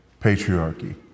patriarchy